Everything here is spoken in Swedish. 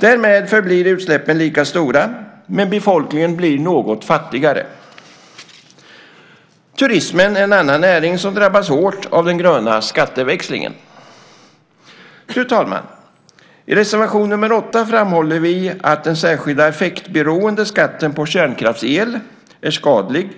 Därmed förblir utsläppen lika stora, men befolkningen blir något fattigare. Turismen är en annan näring som drabbas hårt av den gröna skatteväxlingen. Fru talman! I reservation nr 8 framhåller vi att den särskilda effektberoende skatten på kärnkraftsel är skadlig